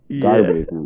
garbage